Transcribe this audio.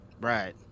right